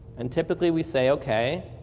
and typically we say okay,